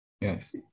Yes